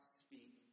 speak